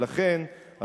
ולכן,